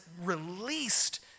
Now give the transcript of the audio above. released